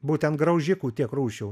būtent graužikų tiek rūšių